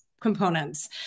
components